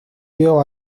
dio